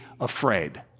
afraid